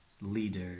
leader